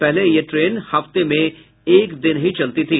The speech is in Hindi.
पहले यह ट्रेन हफ्ते में एक दिन ही चलती थी